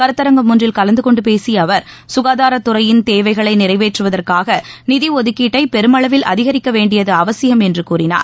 கருத்தரங்கம் ஒன்றில் கலந்து கொண்டு பேசிய அவர் குகாதார துறையின் சேவைகளை நிறைவேற்றுவதற்காக நிதி ஒதுக்கீட்டை பெருமளவில் அதிகரிக்க வேண்டியது அவசியம் என்று கூறினார்